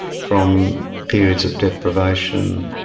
from periods of deprivation.